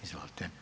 Izvolite.